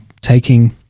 taking